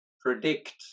predict